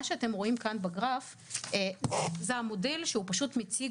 מה שאתם רואים כאן בגרף זה המודל שהוא פשוט מציג